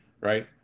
Right